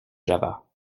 java